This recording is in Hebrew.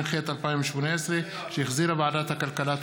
התשע"ח 2018, שהחזירה ועדת הכלכלה.